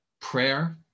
prayer